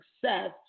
success